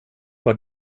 bei